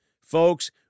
Folks